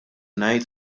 ngħid